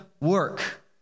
work